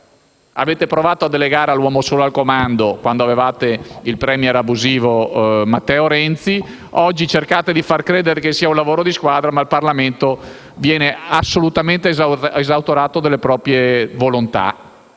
Avete provato a delegare all'uomo solo al comando, quando avevate il *premier* abusivo Matteo Renzi. Oggi cercate di far credere che sia un lavoro di squadra, ma il Parlamento viene esautorato delle proprie volontà,